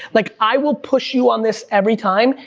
like i will push you on this every time,